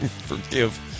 Forgive